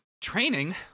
Training